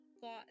thought